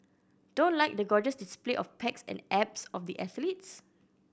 don't like the gorgeous display of pecs and abs of the athletes